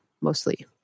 mostly